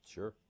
Sure